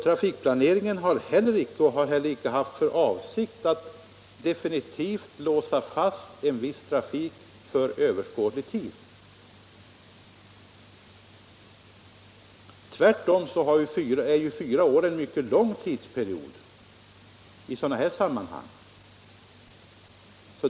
Trafikplaneringen har heller inte haft för avsikt att låsa fast viss trafik för oöverskådlig tid. Fyra år är en mycket lång tid i dessa sammanhang.